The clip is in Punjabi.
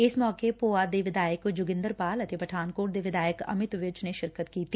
ਇਸ ਮੌਕੇ ਭੋਆ ਦੇ ਵਿਧਾਇਕ ਜੋਗਿੰਦਰ ਪਾਲ ਅਤੇ ਪਠਾਨਕੋਟ ਦੇ ਵਿਧਾਇਕ ਅਮਿਤ ਵਿਜ ਨੇ ਸ਼ਿਰਕਤ ਕੀਤੀ